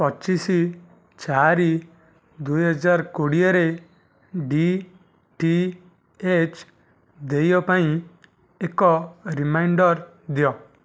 ପଚିଶ ଚାରି ଦୁଇ ହଜାର କୋଡ଼ିଏରେ ଡି ଟି ଏଚ୍ ଦେୟ ପାଇଁ ଏକ ରିମାଇଣ୍ଡର ଦିଅ